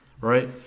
right